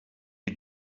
you